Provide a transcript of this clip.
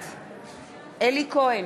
בעד אלי כהן,